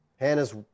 Hannah's